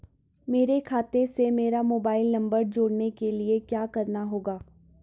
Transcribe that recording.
मेरे खाते से मेरा मोबाइल नम्बर जोड़ने के लिये क्या करना होगा?